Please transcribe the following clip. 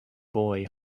boy